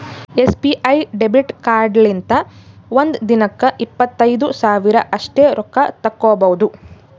SBI debit ಕಾರ್ಡ್ಲಿಂತ ಒಂದ್ ದಿನಕ್ಕ ಇಪ್ಪತ್ತೈದು ಸಾವಿರ ಅಷ್ಟೇ ರೊಕ್ಕಾ ತಕ್ಕೊಭೌದು